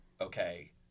Okay